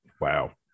wow